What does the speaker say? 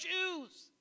Jews